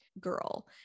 girl